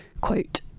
quote